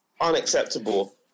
unacceptable